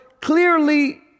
clearly